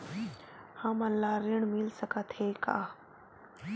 हमन ला ऋण मिल सकत हे का?